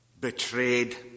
betrayed